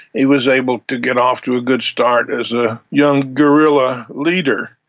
he was able to get off to a good start as a young guerrilla leader.